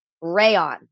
rayon